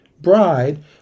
bride